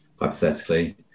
hypothetically